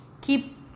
keep